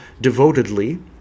devotedly